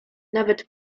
nawet